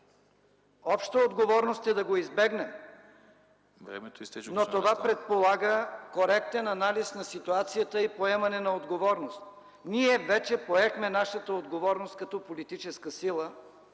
Обща отговорност е да го избегнем, но това предполага коректен анализ на ситуацията и поемане на отговорност. Ние вече поехме нашата отговорност като политическа сила